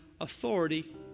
authority